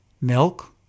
milk